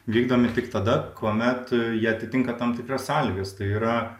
vykdomi tik tada kuomet jie atitinka tam tikras sąlygas tai yra